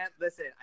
listen